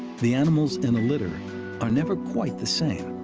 the animals in a litter are never quite the same.